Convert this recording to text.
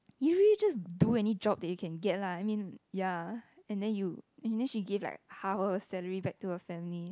you really just do any job that you can get lah I mean ya and then you and then she give like half of her salary back to her family